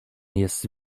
jest